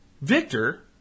Victor